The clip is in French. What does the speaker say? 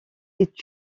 est